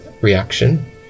reaction